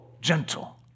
gentle